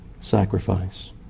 sacrifice